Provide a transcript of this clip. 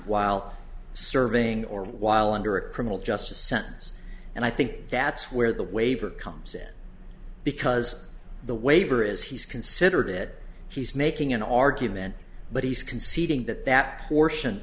while serving or while under criminal justice sense and i think that's where the waiver comes in because the waiver is he's considered it he's making an argument but he's conceding that that portion